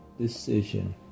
decision